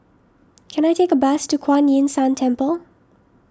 can I take a bus to Kuan Yin San Temple